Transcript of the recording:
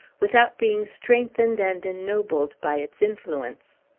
without being strengthened and ennobled by its influence!